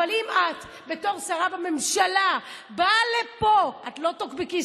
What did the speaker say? אבל לבוא ולהיתמם כשאת מקבלת,